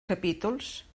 capítols